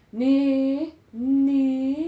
你你